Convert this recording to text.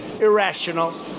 irrational